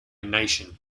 nation